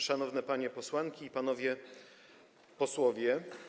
Szanowni Panie Posłanki i Panowie Posłowie!